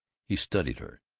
he studied her.